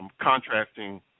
contrasting